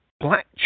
black